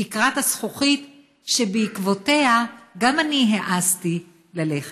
תקרת הזכוכית ובעקבותיה גם אני העזתי ללכת.